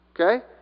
Okay